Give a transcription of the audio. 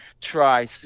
try